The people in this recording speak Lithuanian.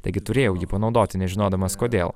taigi turėjau jį panaudoti nežinodamas kodėl